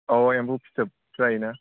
औ एम्फौ फिथोब जायोना